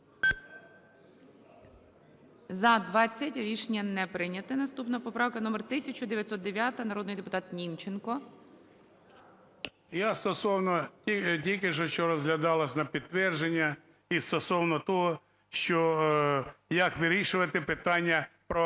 За-20 Рішення не прийнято. Наступна поправка номер 1909. Народний депутат Німченко. 13:39:19 НІМЧЕНКО В.І. Я стосовно, тільки що розглядалось на підтвердження і стосовно того, що як вирішувати питання про